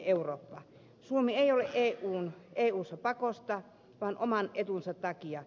suomi ei ole eussa pakosta vaan oman etunsa takia